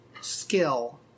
skill